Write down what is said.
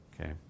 Okay